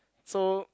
so